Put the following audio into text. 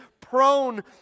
prone